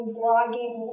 blogging